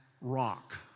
rock